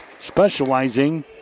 specializing